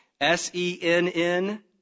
S-E-N-N